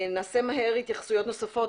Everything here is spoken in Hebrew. נעשה מהר התייחסויות נוספות,